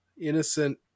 innocent